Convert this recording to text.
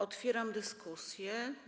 Otwieram dyskusję.